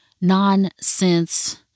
nonsense